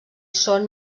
són